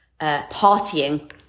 partying